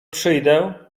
przyjdę